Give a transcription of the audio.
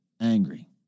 angry